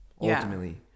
ultimately